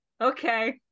Okay